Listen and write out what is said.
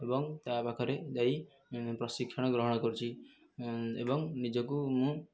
ଏବଂ ତା ପାଖରେ ଯାଇ ପ୍ରଶିକ୍ଷଣ ଗ୍ରହଣ କରୁଛି ଏବଂ ନିଜକୁ ମୁଁ